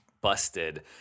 busted